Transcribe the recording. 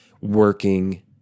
working